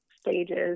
stages